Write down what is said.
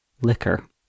liquor